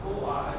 !wah!